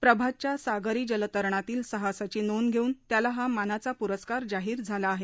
प्रभातच्या सागरी जलतरणातील साहसाची नोंद धेवून त्याला हा मानाचा पुरस्कार जाहीर झाला आहे